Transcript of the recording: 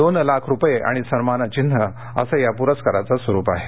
दोन लाख रुपये आणि सन्मान घिन्ह असं या पुरस्काराचं स्वरूप आहे